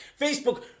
Facebook